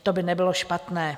To by nebylo špatné.